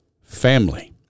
family